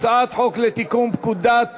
הצעת חוק לתיקון פקודת